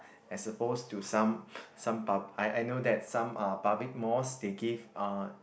as supposed to some some I I know that some uh public malls they give uh